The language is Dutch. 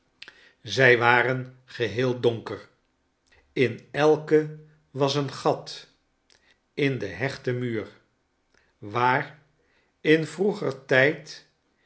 zij waren geheel donker in elke was een gat in den hechten muur waar in vroeger tijd